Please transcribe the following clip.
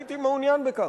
הייתי מעוניין בכך.